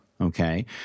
okay